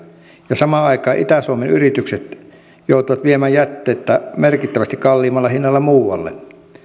ja samaan aikaan itä suomen yritykset joutuvat viemään jätettä merkittävästi kalliimmalla hinnalla muualle